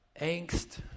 angst